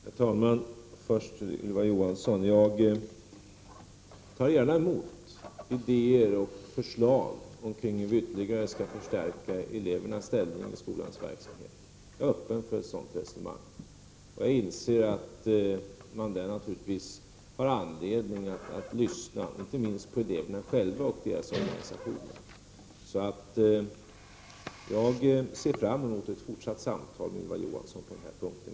Herr talman! Först till Ylva Johansson: Jag tar gärna emot idéer och förslag till hur vi ytterligare skall förstärka elevernas ställning i skolans verksamhet. Jag är öppen för ett sådant resonemang. Jag inser att man där naturligtvis har anledning att lyssna, inte minst på eleverna själva och deras organisation. Jag ser fram emot ett fortsatt samtal med Ylva Johansson på denna punkt.